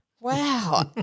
Wow